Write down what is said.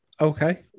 Okay